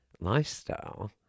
lifestyle